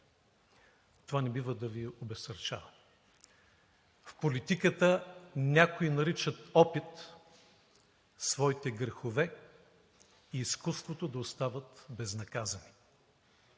Това не бива да Ви обезсърчава. В политиката някои наричат опит своите грехове и изкуството да остават безнаказани,